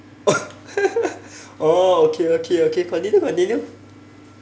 oh oh okay okay okay continue continue